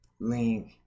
Link